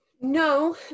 No